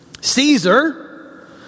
Caesar